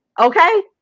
okay